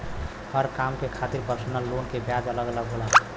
हर काम के खातिर परसनल लोन के ब्याज अलग अलग होला